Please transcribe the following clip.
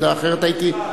אחרת הייתי,